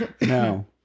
No